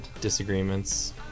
...disagreements